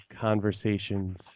conversations